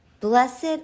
Blessed